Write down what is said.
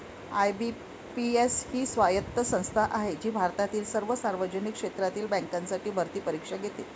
IBPS ही स्वायत्त संस्था आहे जी भारतातील सर्व सार्वजनिक क्षेत्रातील बँकांसाठी भरती परीक्षा घेते